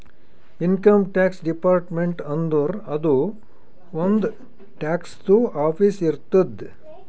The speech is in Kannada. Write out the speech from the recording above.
ಇನ್ಕಮ್ ಟ್ಯಾಕ್ಸ್ ಡಿಪಾರ್ಟ್ಮೆಂಟ್ ಅಂದುರ್ ಅದೂ ಒಂದ್ ಟ್ಯಾಕ್ಸದು ಆಫೀಸ್ ಇರ್ತುದ್